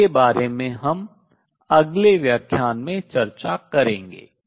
जिसके बारे में हम अगले व्याख्यान में चर्चा करेंगे